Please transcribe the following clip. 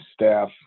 staff